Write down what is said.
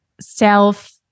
self